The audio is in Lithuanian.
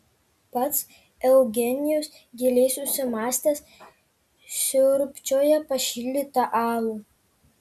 pats eugenijus giliai susimąstęs siurbčioja pašildytą alų